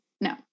No